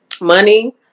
Money